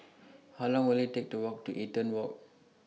How Long Will IT Take to Walk to Eaton Walk